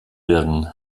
werden